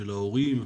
של ההורים,